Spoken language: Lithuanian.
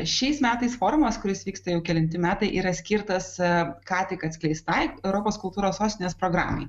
šiais metais forumas kuris vyksta jau kelinti metai yra skirtas ką tik atskleistai europos kultūros sostinės programai